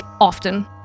often